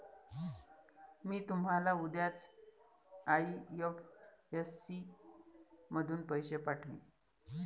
मी तुम्हाला उद्याच आई.एफ.एस.सी मधून पैसे पाठवीन